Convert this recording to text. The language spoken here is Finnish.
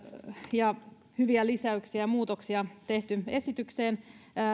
ja hyviä lisäyksiä ja muutoksia on tehty esitykseen